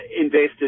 invested